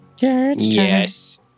yes